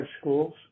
schools